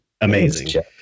amazing